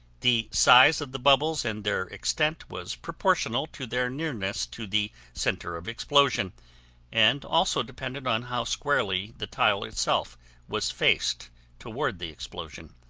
the size of the bubbles and their extent was proportional to their nearness to the center of explosion and also depended on how squarely the tile itself was faced toward the explosion.